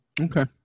Okay